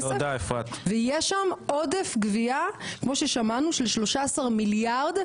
ויש שם עודף גבייה כמו ששמענו של 13 מיליארד,